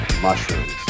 Mushrooms